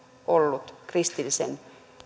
ollut kristillisen